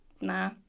nah